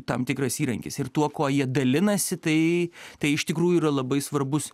tam tikras įrankis ir tuo kuo jie dalinasi tai tai iš tikrųjų yra labai svarbus